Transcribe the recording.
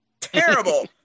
Terrible